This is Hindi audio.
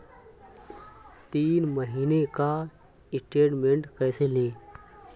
तीन महीने का स्टेटमेंट कैसे लें?